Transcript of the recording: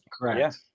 Correct